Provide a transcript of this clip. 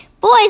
Boys